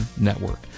Network